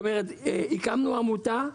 הקמנו עמותה.